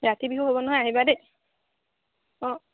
ৰাতি বিহু হ'ব নহয় আহিবা দেই অঁ